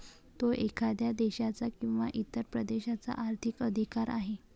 तो एखाद्या देशाचा किंवा इतर प्रदेशाचा आर्थिक अधिकार आहे